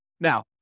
Now